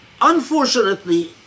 unfortunately